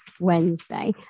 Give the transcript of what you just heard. Wednesday